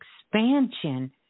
expansion